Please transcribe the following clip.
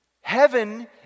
Heaven